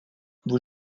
vous